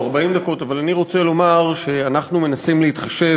אתה רואה, עוד לא התייאשתי.